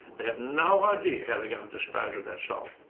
they have no idea how they're going to dispose of that salt.